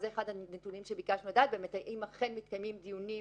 אחד הנתונים שביקשנו לדעת הוא האם אכן באמת מתקיימים דיונים